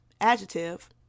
adjective